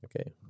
Okay